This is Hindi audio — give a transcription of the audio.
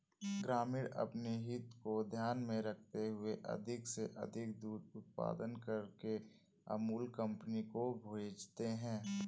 ग्रामीण अपनी हित को ध्यान में रखते हुए अधिक से अधिक दूध उत्पादन करके अमूल कंपनी को भेजते हैं